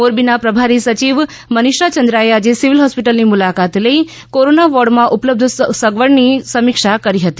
મોરબીના પ્રભારી સચિવ મનીષા ચંદ્રાએ આજે સિવિલ હોસ્પિટલની મુલાકાત લઈ કોરોના વોર્ડમાં ઉપલબ્ધ સગવડની સમિક્ષા કરી હતી